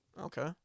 Okay